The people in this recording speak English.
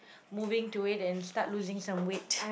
moving to it and start losing some weight